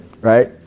Right